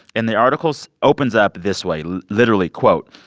and the article so opens up this way. literally, quote,